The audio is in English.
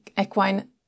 equine